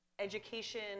education